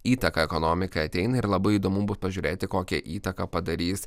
įtaką ekonomikai ateina ir labai įdomu bus pažiūrėti kokią įtaką padarys